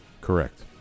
Correct